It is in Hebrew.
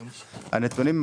הנתונים,